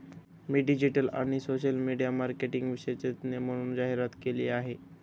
मी digital आणि social media marketing विशेषज्ञ म्हणून जाहिरात केली आहे